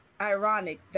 ironic